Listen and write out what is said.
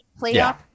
playoff